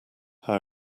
how